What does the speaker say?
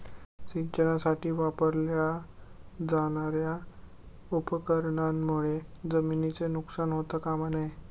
सिंचनासाठी वापरल्या जाणार्या उपकरणांमुळे जमिनीचे नुकसान होता कामा नये